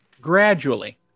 gradually